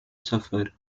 suffer